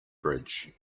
bridge